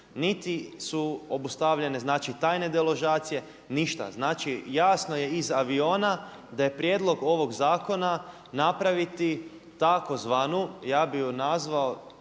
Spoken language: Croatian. niti su obustavljene tajne deložacije, ništa. Znači jasno je iz aviona da je prijedlog ovog zakona napraviti tzv. ja bi ju nazvao